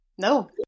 No